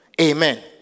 Amen